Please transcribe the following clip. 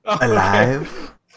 Alive